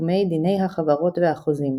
בתחומי דיני החברות והחוזים.